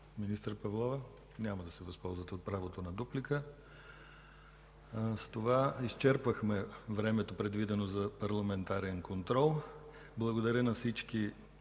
Министър Павлова? Няма да се възползвате от правото на дуплика. С това изчерпахме времето, предвидено за парламентарен контрол. Благодаря на всички